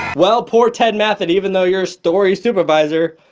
well poor ted mathot even though you're story supervisor,